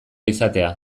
izatea